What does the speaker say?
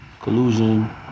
Collusion